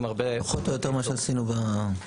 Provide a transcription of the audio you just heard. הרבה --- פחות או יותר מה שעשינו בתמרוקים.